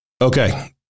Okay